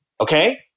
okay